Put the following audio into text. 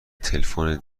تلفن